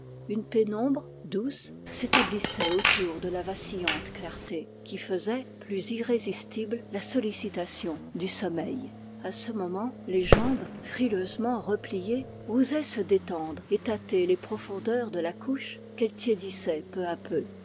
une pénombre douce s'établissait autour de la vacillante clarté qui faisait plus irrésistible la sollicitation du sommeil a ce moment les jambes frileusement repliées osaient se détendre et tâter les profondeurs de la couche qu'elles tiédissaient peu à peu